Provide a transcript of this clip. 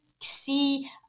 see